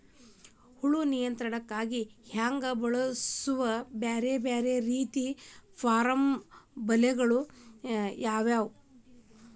ಹುಳು ನಿಯಂತ್ರಣಕ್ಕಾಗಿ ಹತ್ತ್ಯಾಗ್ ಬಳಸುವ ಬ್ಯಾರೆ ಬ್ಯಾರೆ ರೇತಿಯ ಪೋರ್ಮನ್ ಬಲೆಗಳು ಯಾವ್ಯಾವ್?